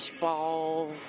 ball